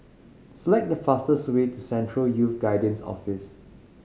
select the fastest way to Central Youth Guidance Office